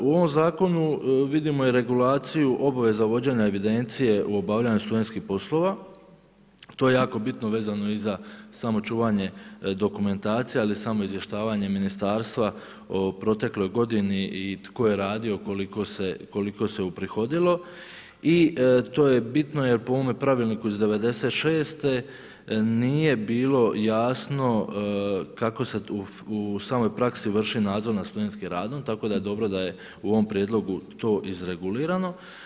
U ovom zakonu vidimo i regulaciju obaveza vođenja evidencije u obavljanju studentskih poslova, to je jako bitno vezano i za samo čuvanje dokumentacije, ali i samo izvještavanje ministarstva o protekloj godini i tko je radio i koliko se uprihodilo i to je bitno jer po ovome pravilniku iz '96. nije bilo jasno kako se u samoj praksi vrši nadzor nad studentskim radom, tako da je dobro da je u ovom prijedlogu to izregulirano.